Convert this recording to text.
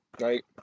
right